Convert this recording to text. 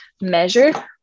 measure